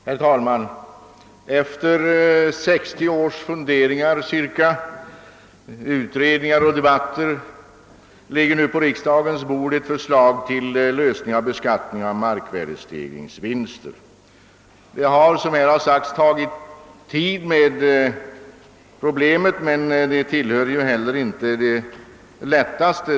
Herr talman! Efter cirka 60 års funderingar, utredningar och debatter ligger nu på riksdagens bord ett förslag till beskattning av vinster, som uppstått på grund av markvärdestegring. Det har, som här sagts, tagit tid att lösa problemet, men det tillhör inte heller de enklaste.